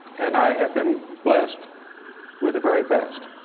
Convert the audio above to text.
and i have been blessed with the very best.